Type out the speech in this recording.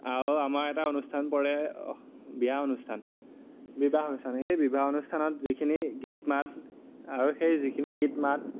আৰু আমাৰ এটা অনুষ্ঠান পৰে বিয়া অনুষ্ঠান বিবাহ অনুষ্ঠান সেই বিবাহ অনুষ্ঠানত যিখিনি গীত মাত আৰু সেই যিখিনি গীত মাত